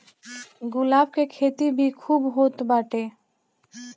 गुलाब के खेती भी खूब होत बाटे